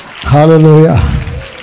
Hallelujah